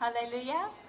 Hallelujah